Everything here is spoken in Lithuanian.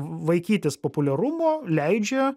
vaikytis populiarumo leidžia